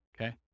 Okay